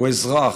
הוא אזרח,